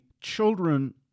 children